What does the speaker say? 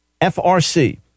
FRC